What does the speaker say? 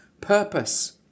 purpose